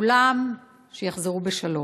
כולם, שיחזרו בשלום,